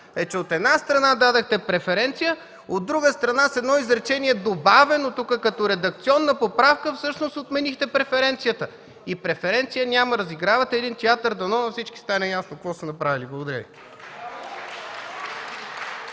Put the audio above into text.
е, че, от една страна, дадохте преференция, а, от друга страна, с едно изречение, добавено тук като редакционна поправка, всъщност отменихте преференцията. И преференция няма. Разигравате един театър. Дано на всички стане ясно какво сте направили. Благодаря Ви.